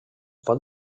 pot